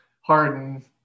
Harden